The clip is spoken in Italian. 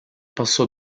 passò